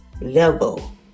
level